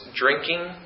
drinking